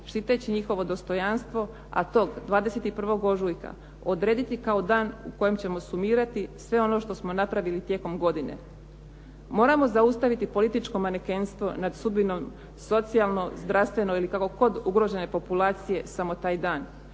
štiteći njihovo dostojanstvo, a tog 21. ožujka odrediti kao dan u kojem ćemo sumirati sve ono što smo napravili tijekom godine. Moramo zaustaviti političko manekenstvo nad sudbinom socijalno, zdravstveno ili kako god ugrožene populacije samo taj dan.